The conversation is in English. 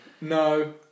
No